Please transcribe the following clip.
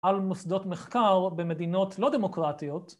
‫על מוסדות מחקר במדינות ‫לא דמוקרטיות.